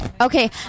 Okay